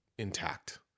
intact